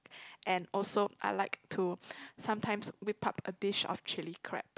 and also I like to sometimes we park a dish of chilli crab